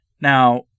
Now